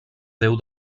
déu